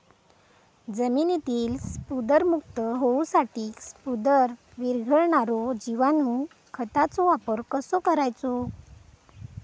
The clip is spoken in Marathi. जमिनीतील स्फुदरमुक्त होऊसाठीक स्फुदर वीरघळनारो जिवाणू खताचो वापर कसो करायचो?